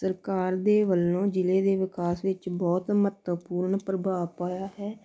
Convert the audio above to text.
ਸਰਕਾਰ ਦੇ ਵੱਲੋਂ ਜ਼ਿਲ੍ਹੇ ਦੇ ਵਿਕਾਸ ਵਿੱਚ ਬਹੁਤ ਮਹੱਤਵਪੂਰਨ ਪ੍ਰਭਾਵ ਪਾਇਆ ਹੈ